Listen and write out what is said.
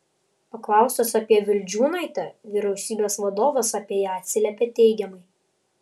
paklaustas apie vildžiūnaitę vyriausybės vadovas apie ją atsiliepė teigiamai